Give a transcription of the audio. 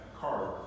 card